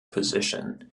position